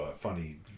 funny